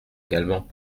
également